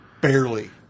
Barely